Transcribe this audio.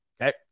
Okay